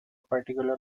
particular